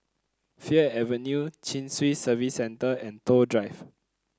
Fir Avenue Chin Swee Service Centre and Toh Drive